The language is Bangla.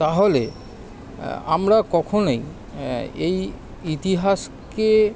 তাহলে আমরা কখনোই এই ইতিহাসকে